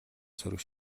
сөрөг